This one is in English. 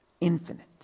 infinite